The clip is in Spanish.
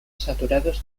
saturados